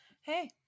Hey